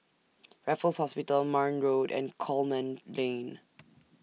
Raffles Hospital Marne Road and Coleman Lane